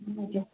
हजुर